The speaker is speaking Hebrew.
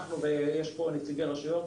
יש כאן נציגי רשויות,